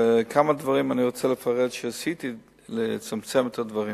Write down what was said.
ואני רוצה לפרט כמה דברים שעשיתי כדי לצמצם את הדברים.